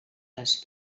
les